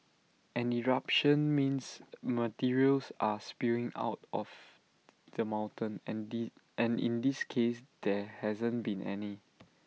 an eruption means materials are spewing out of the mountain and in and in this case there hasn't been any